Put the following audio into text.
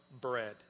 bread